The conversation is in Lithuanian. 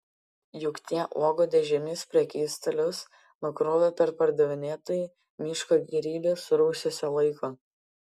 juk tie uogų dėžėmis prekystalius nukrovę perpardavinėtojai miško gėrybes rūsiuose laiko